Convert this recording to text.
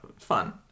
fun